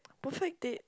perfect date